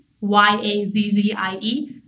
Y-A-Z-Z-I-E